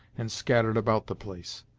and scattered about the place.